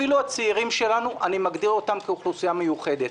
אפילו הצעירים שלנו אני מגדיר אותם כאוכלוסייה מיוחדת,